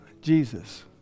Jesus